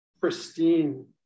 pristine